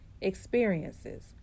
experiences